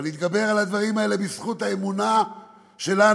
אבל נתגבר על הדברים האלה בזכות האמונה שלנו